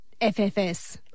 FFS